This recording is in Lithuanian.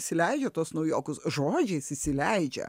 įsileidžiu tuos naujokus žodžiais įsileidžia